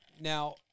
now